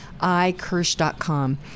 ikirsch.com